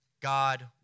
God